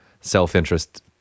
self-interest